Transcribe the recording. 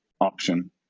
option